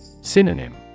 Synonym